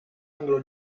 anglo